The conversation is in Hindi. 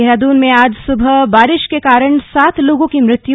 देहरादून में आज सुबह बारि के कारण सात लोगों की मृत्यु